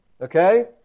Okay